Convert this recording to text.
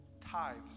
Tithes